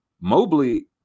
Mobley